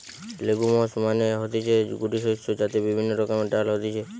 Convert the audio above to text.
legumes মানে হতিছে গুটি শস্য যাতে বিভিন্ন রকমের ডাল হতিছে